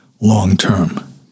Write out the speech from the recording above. long-term